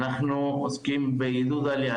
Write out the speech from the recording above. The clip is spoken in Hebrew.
אנחנו עוסקים בעידוד עלייה,